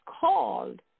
called